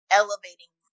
elevating